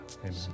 amen